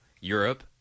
Europe